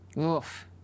Oof